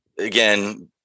again